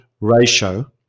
ratio